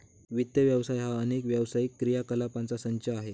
वित्त व्यवसाय हा अनेक व्यावसायिक क्रियाकलापांचा संच आहे